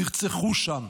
נרצחו שם,